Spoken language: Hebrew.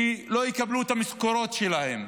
כי הם לא יקבלו את המשכורות שלהם.